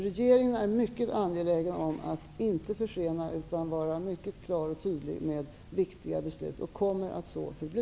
Regeringen är mycket angelägen om att inte försena viktiga beslut utan vara mycket klar och tydlig och kommer så att förbli.